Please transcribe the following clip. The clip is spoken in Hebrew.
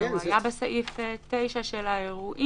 ובכל זאת,